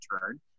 turn